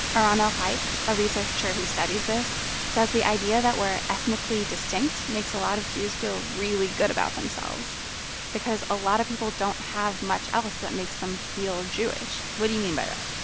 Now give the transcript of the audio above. aronel heich a researcher who studies this says the idea that we're ethnically distinct makes a lot of jews feel really good about themselves because a lot of people don't have much else that makes them feel jewish what do you mean by that?